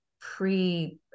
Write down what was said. pre